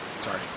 Sorry